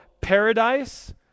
paradise